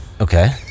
Okay